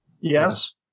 Yes